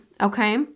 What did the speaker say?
okay